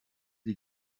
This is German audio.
die